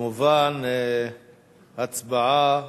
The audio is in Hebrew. כמובן, הצבעה